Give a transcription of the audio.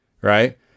right